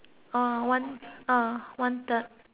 uh one third